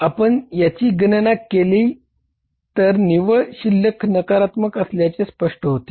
म्हणून जर आपण याची गणना केली तर निव्वळ शिल्लक नकारात्मक असल्याचे स्पष्ट होते